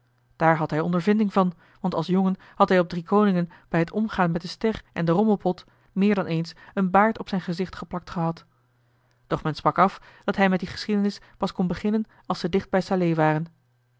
daar had hij de ondervinding van want als jongen had hij op driekoningen bij het omgaan met de ster en den rommelpot meer dan eens een baard op zijn gezicht geplakt gehad doch men sprak af dat hij met die geschiedenis pas kon beginnen als ze dicht bij salé waren